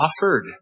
offered